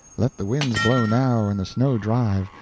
let the winds blow now, and the snow drive,